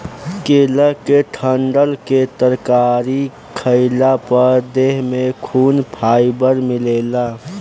केला के डंठल के तरकारी खइला पर देह में खूब फाइबर मिलेला